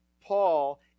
Paul